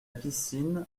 piscine